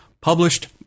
published